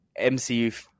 mcu